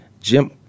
Jim